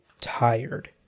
tired